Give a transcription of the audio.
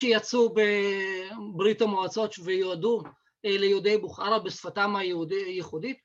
שיצאו בברית המועצות ויועדו ליהודי בוכרה בשפתם הייחודית